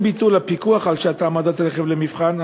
עם ביטול הפיקוח על שעת העמדת רכב למבחן,